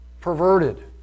perverted